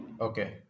Okay